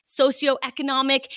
socioeconomic